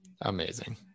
amazing